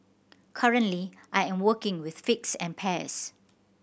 currently I am working with figs and pears